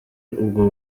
ubwo